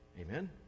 Amen